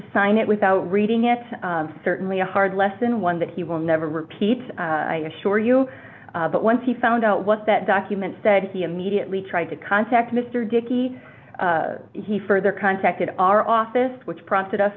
sign it without reading it certainly a hard lesson one that he will never repeat assure you but once he found out what that document said he immediately tried to contact mr dickey he further contacted our office which prompted us